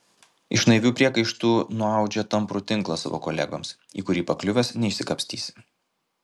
iš naivių priekaištų nuaudžia tamprų tinklą savo kolegoms į kurį pakliuvęs neišsikapstysi